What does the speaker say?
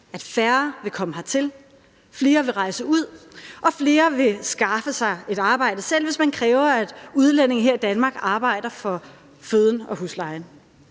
at færre vil komme hertil, at flere vil rejse ud, og at flere selv vil skaffe sig et arbejde, hvis man kræver, at udlændinge her i Danmark arbejder for føden og huslejen.